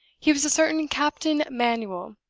he was a certain captain manuel,